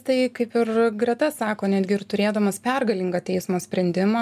tai kaip ir greta sako netgi ir turėdamas pergalingą teismo sprendimą